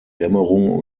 dämmerung